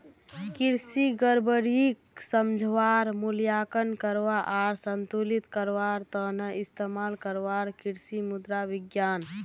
कृषि गड़बड़ीक समझवा, मूल्यांकन करवा आर संतुलित करवार त न इस्तमाल करवार कृषि मृदा विज्ञान